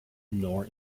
nor